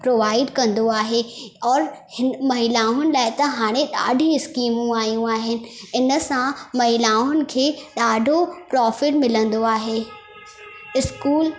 provide कंदो आहे और महिलाउनि लाइ त हाणे ॾाढी स्कीमूं आयूं आहिनि इन सां महिलाउनि खे ॾाढो प्रॉफिट मिलंदो आहे स्कूल